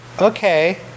okay